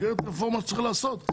רפורמה צריך לעשות.